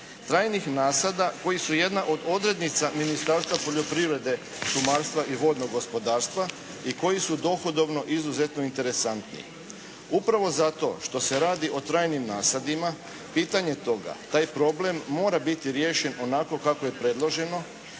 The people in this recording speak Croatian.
trajnih nasada koji su jedna od odrednica Ministarstva poljoprivrede, šumarstva i vodnog gospodarstva i koji su dohodovno izuzetno interesantni. Upravo zato što se radi o trajnim nasadima pitanje toga, taj problem mora biti riješen onako kako je predloženo